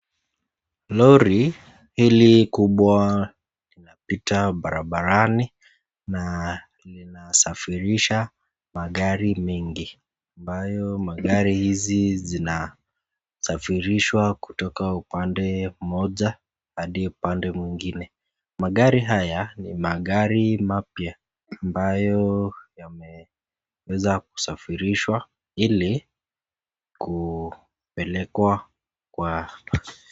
Lori hili kubwa , linapita barabarani na linasafirisha magari mengi ambayo magari hizi zinasafirishwa kutoka upande moja hadi upande nyengine. Magari haya ni magari mapya ambayo yameweza kusafirishwa ili kupelekwa kwa